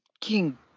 King